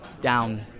down